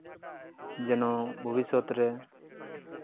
ᱡᱮᱱᱚ ᱵᱷᱚᱵᱤᱥᱥᱚᱛ ᱨᱮ